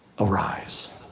arise